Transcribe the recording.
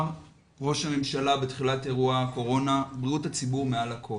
בתחילת אירוע הקורונה אמר ראש הממשלה: בריאות הציבור מעל לכול.